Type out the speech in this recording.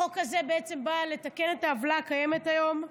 החוק הזה בעצם בא לתקן את העוולה הקיימת היום,